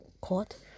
caught